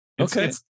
Okay